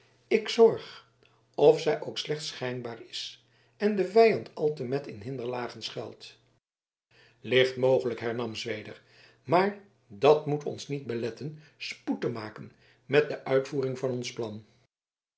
ik zorg of zij ook slechts schijnbaar is en de vijand altemet in hinderlagen schuilt licht mogelijk hernam zweder maar dat moet ons niet beletten spoed te maken met de uitvoering van ons plan